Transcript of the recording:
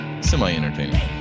semi-entertaining